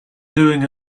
doing